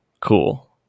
cool